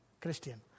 Christian